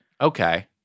Okay